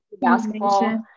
basketball